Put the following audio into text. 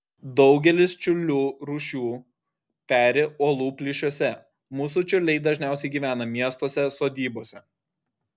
daugelis čiurlių rūšių peri uolų plyšiuose mūsų čiurliai dažniausiai gyvena miestuose sodybose